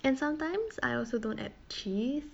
and sometimes I also don't add cheese